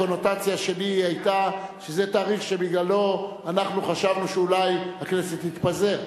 הקונוטציה שלי היתה שזה תאריך שבו אנחנו חשבנו שאולי הכנסת תתפזר,